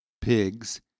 pigs